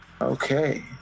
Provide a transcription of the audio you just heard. Okay